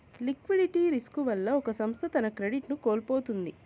liquidity risk వల్ల ఒక సంస్థ తన క్రెడిట్ ను కోల్పోతుంది